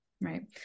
right